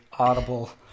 audible